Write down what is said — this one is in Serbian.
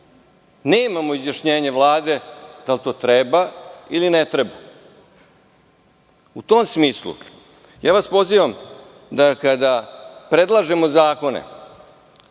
Nemamo izjašnjenje Vlade da li to treba ili ne treba.U tom smislu, pozivam vas da kada predlažemo zakone,